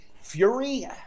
Fury